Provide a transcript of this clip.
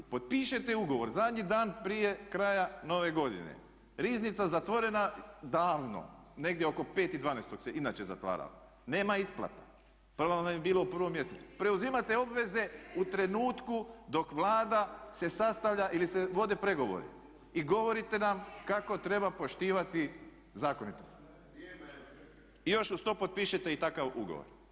Potpišete ugovor zadnji dan prije kraja nove godine, Riznica zatvorena davno, negdje oko 5.12. se inače zatvara, nema isplata …/Govornik se ne razumije. preuzimate obveze u trenutku dok Vlada se sastavlja ili se vode pregovori i govorite nam kako treba poštivati zakonitost i još uz to potpišete i takav ugovor.